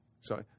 Sorry